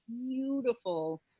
beautiful